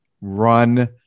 Run